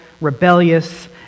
rebellious